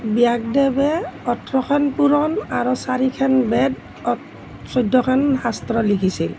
ব্যাসদেৱে ওঠৰখন পুৰাণ আৰু চাৰিখন বেদ চৈধ্যখন শাস্ত্ৰ লিখিছিল